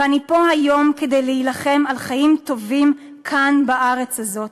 ואני פה היום כדי להילחם על חיים טובים כאן בארץ הזאת.